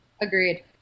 Agreed